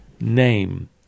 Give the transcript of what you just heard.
name